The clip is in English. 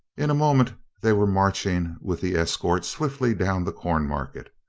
in a moment they were marching with the escort swiftly down the cornmarket.